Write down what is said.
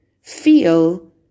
feel